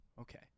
okay